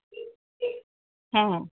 হ্যাঁ